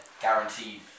Guaranteed